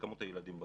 הילדים בגן.